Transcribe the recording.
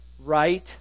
right